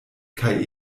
kaj